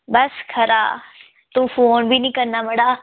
बस खरा तूं फोन बी नि करना मड़ा